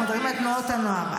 אנחנו מדברים על תנועות הנוער.